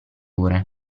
ore